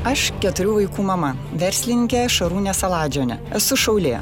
aš keturių vaikų mama verslininkė šarūnė saladžionė esu šaulė